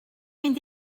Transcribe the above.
mynd